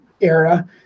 era